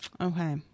Okay